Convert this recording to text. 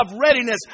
readiness